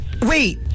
Wait